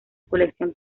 colección